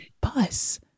bus